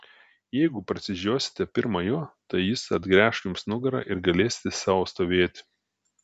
jeigu prasižiosite pirma jo tai jis atgręš jums nugarą ir galėsite sau stovėti